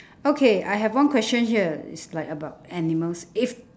okay I have one question here it's like about animals if